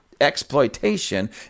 exploitation